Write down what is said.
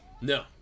No